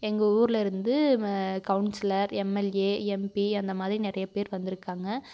எங்கள் ஊரிலேருந்து councillor MLA MP அந்தமாதிரி நிறைய பேர் வந்திருக்காங்க